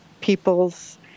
people's